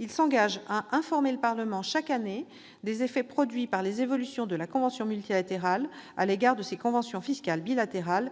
il s'engage à informer le Parlement chaque année des effets produits par les évolutions de la convention multilatérale à l'égard de nos conventions fiscales bilatérales